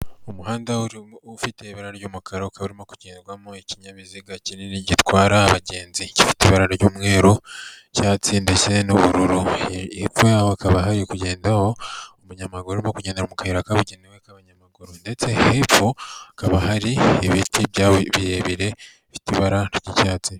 Umuhanda ufite ibara ry'umukara ka urimo kugenrwamo ikinyabiziga kinini gitwara abagenzi gifite ibara ry'umweru, icyatsi ndetse n'ubururu, hepfo yaho hakaba hari kugendamo umunyamaguru no kugendadera mu kayira kabugenewe abanyamaguru ndetse hepfo hakaba hari ibiti birebire bifite ibara ry'icyatsi.